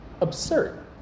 absurd